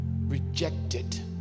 rejected